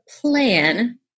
plan